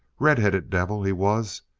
red-headed devil, he was.